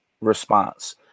response